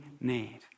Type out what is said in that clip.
need